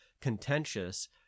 contentious